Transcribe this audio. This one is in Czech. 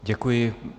Děkuji.